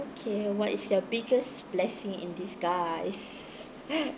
okay what is your biggest blessing in disguise